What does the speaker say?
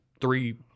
three